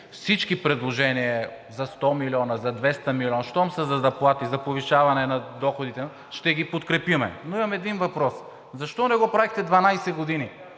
Всички предложения – за 100 млн. лв., за 200 млн. лв., щом са за заплати, за повишаване на доходите, ще ги подкрепим. Но имам един въпрос: защо не го правехте 12 години!